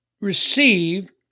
receive